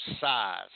size